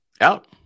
Out